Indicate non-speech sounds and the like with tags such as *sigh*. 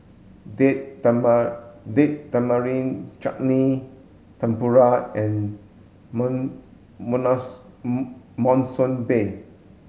date *unintelligible* Date Tamarind Chutney Tempura and *unintelligible* Monsunabe